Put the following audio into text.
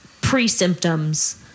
pre-symptoms